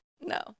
No